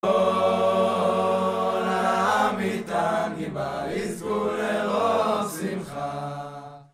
♪ כל המענגים בה יזכו לרוב שמחה ♪